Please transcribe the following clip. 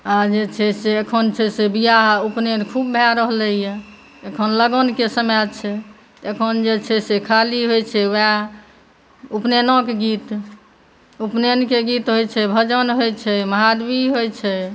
आ जे छै से अखन छै से ब्याह उपनयन खूब भऽ रहलैया अखन लगनके समय छै अखन जे छै से खाली होइ छै वएह उपनयनके गीत उपनयनके गीत होइ छै भजन होइ छै महादेवी होइ छै